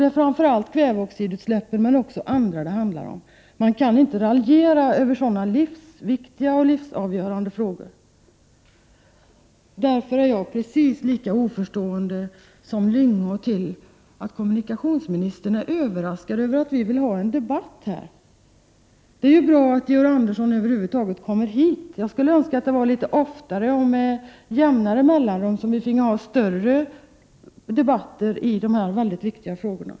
Det är framför allt kväveoxidutsläppen men också andra utsläpp som det handlar om. Man kan inte raljera med sådana livsviktiga och livsavgörande frågor. Därför är jag lika oförstående som Lyngå till att kommunikationsministern är överraskad över att vi vill ha en debatt här. Det är ju bra att Georg Andersson över huvud taget kommer hit! Jag skulle önska att vi litet oftare och med jämnare mellanrum finge ha större debatter i de här mycket viktiga frågorna.